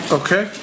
okay